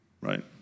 right